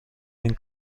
این